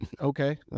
okay